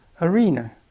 arena